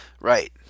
Right